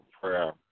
Prayer